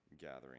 gathering